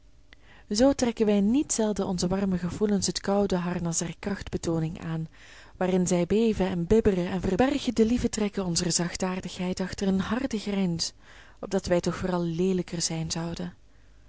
zoo trekken wij niet zelden onze warme gevoelens het koude harnas der krachtbetooning aan waarin zij beven en bibberen en verbergen de lieve trekken onzer zachtaardigheid achter eene harde grijns opdat wij toch vooral leelijker zijn zouden